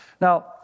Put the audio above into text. Now